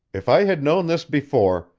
if i had known this before,